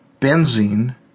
benzene